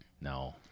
No